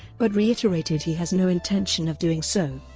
but reiterated he has no intention of doing so.